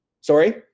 sorry